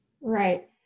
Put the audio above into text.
Right